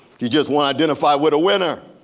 you just want to identify with a winner.